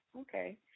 okay